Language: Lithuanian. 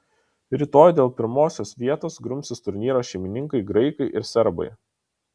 rytoj dėl pirmosios vietos grumsis turnyro šeimininkai graikai ir serbai